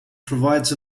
provides